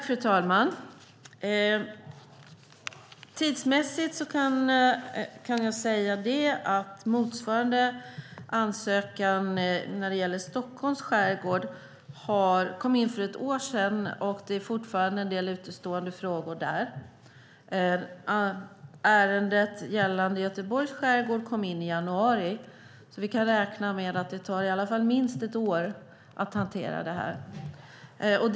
Fru talman! Tidsmässigt kan jag säga att motsvarande ansökan när det gäller Stockholms skärgård kom in för ett år sedan och att det fortfarande finns en del utestående frågor där. Ärendet gällande Göteborgs skärgård kom in i januari. Vi kan räkna med att det tar minst ett år att hantera ärendet.